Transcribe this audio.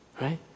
right